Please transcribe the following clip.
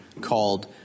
called